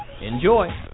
Enjoy